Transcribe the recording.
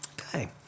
Okay